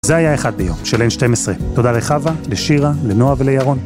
זה היה אחד ביום של N12. תודה לחוה, לשירה, לנועה ולירון.